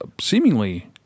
seemingly